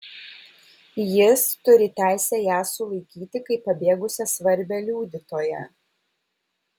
jis turi teisę ją sulaikyti kaip pabėgusią svarbią liudytoją